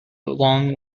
along